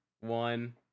one